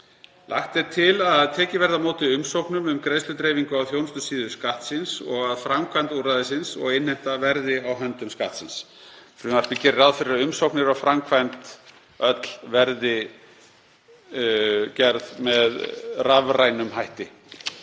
Lagt er til að tekið verði á móti umsóknum um greiðsludreifingu á þjónustusíðu Skattsins og að framkvæmd úrræðisins og innheimta verði á höndum Skattsins. Frumvarpið gerir ráð fyrir að umsóknir og framkvæmd öll verði með rafrænum hætti.